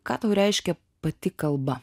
ką tau reiškia pati kalba